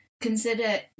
consider